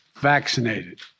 vaccinated